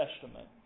Testament